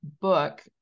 book